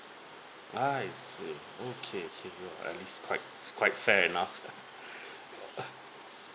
I see okay okay well at least quite it's quite fair enough lah